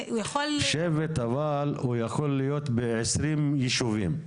שבט, אבל הוא יכול להיות ב-20 ישובים,